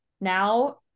now